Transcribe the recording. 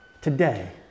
today